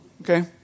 okay